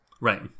Right